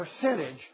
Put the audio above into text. percentage